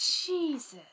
Jesus